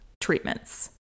treatments